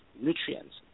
nutrients